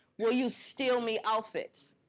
will you steal me outfits?